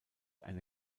eine